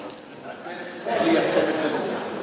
איך ליישם את זה וזהו?